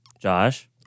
Josh